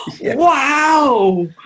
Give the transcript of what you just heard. wow